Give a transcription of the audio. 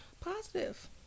positive